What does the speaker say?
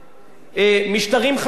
השתלטות על התקשורת,